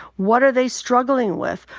what are they struggling with?